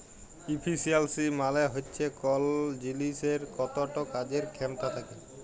ইফিসিয়ালসি মালে হচ্যে কল জিলিসের কতট কাজের খ্যামতা থ্যাকে